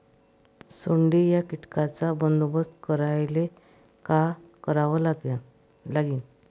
सोंडे या कीटकांचा बंदोबस्त करायले का करावं लागीन?